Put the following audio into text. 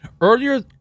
Earlier